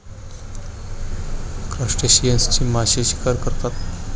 क्रस्टेशियन्सची मासे शिकार करतात